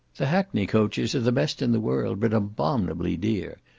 the hackney coaches are the best in the world, but abominably dear,